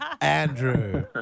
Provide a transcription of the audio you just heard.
Andrew